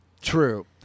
True